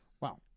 Wow